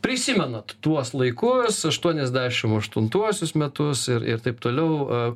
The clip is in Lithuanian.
prisimenat tuos laikus aštuoniasdešim aštuntuosius metus ir ir taip toliau